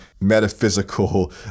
metaphysical